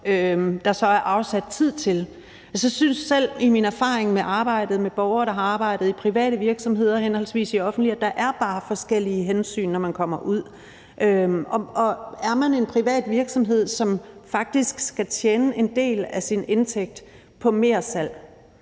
der så er afsat tid til. Jeg synes selv, det er min erfaring med arbejdet med borgere, der har arbejdet i henholdsvis private og offentlige virksomheder, at der bare er forskellige hensyn, når man kommer ud. Og er man en privat virksomhed, som faktisk skal tjene en del af sin indtægt på mersalg,